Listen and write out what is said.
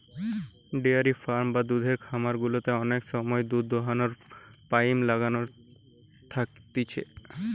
dairy farm বা দুধের খামার গুলাতে অনেক সময় দুধ দোহাবার পাইপ লাইন থাকতিছে